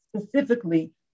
specifically